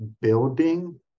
building